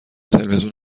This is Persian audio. تلویزیون